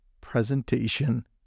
presentation